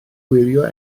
gwirio